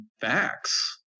facts